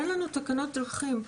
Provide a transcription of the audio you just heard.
שאין לנו תקנות דרכים,